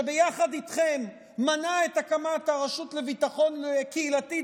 שביחד איתכם מנע את הקמת הרשות לביטחון קהילתי,